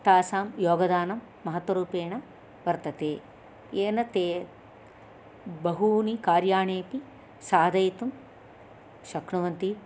तासां योगदानं महत्वरूपेण वर्तते येन ते बहूनि कार्याणीति साधयितुं शक्नुवन्ति